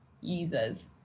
users